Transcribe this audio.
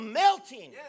melting